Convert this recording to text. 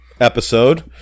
episode